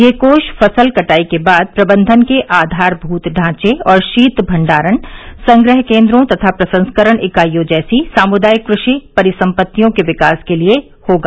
यह कोष फसल कटाई के बाद प्रबंधन के आधारभूत ढांचे और शीत भण्डारण संग्रह केन्द्रों तथा प्रसंस्करण इकाईयों जैसी सामुदायिक कृषि परिसम्पत्तियों के विकास के लिए होगा